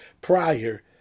prior